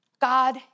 God